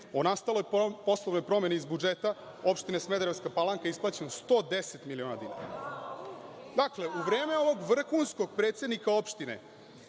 o nastaloj poslovnoj promeni iz budžeta opštine Smederevska Palanka, isplaćeno 110 miliona dinara. Dakle, u vreme ovog vrhunskog predsednika opštine